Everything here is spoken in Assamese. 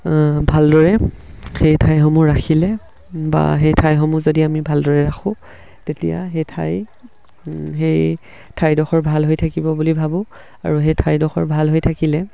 ভালদৰে সেই ঠাইসমূহ ৰাখিলে বা সেই ঠাইসমূহ যদি আমি ভালদৰে ৰাখোঁ তেতিয়া সেই ঠাই সেই ঠাইডোখৰ ভাল হৈ থাকিব বুলি ভাবোঁ আৰু সেই ঠাইডোখৰ ভাল হৈ থাকিলে